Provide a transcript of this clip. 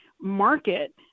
market